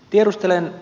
tiedustelen